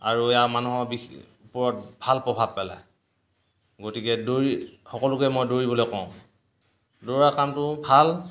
আৰু ইয়াৰ মানুহৰ বিষ ওপৰত ভাল প্ৰভাৱ পেলায় গতিকে দৌৰি সকলোকে মই দৌৰিবলৈ কওঁ দৌৰাৰ কামটো ভাল